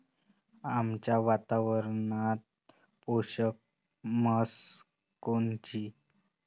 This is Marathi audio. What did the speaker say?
आमच्या वातावरनात पोषक म्हस कोनची?